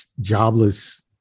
jobless